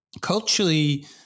culturally